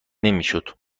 نمیشد